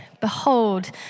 Behold